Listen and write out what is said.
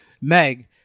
Meg